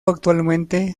actualmente